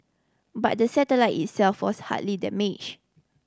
but the satellite itself was hardly damaged